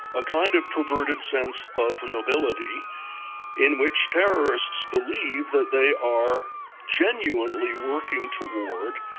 a kind of perverted sense of nobility in which terrorists believe that they are genuinely working toward